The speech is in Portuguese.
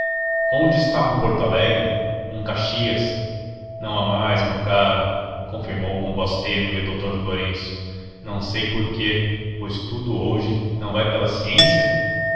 onde está um porto alegre um caxias não há mais meu caro confirmou com voz tênue o doutor florêncio não sei por quê pois tudo hoje não vai pela ciência